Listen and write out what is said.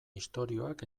istorioak